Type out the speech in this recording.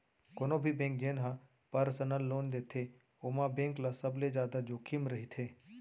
कोनो भी बेंक जेन ह परसनल लोन देथे ओमा बेंक ल सबले जादा जोखिम रहिथे